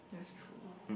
that's true